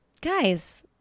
guys